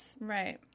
Right